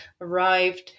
arrived